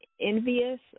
Envious